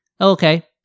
Okay